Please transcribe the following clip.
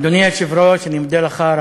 אדוני היושב-ראש, אני מודה לך.